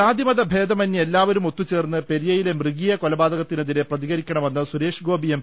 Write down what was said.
ജാതിമത ഭേദമന്യേ എല്ലാവരും ഒത്തുചേർന്ന് പെരിയയിലെ മൃഗീയ കൊലപാതകത്തിനെതിരെ പ്രതികരിക്കണമെന്ന് സുരേഷ് ഗോപി എം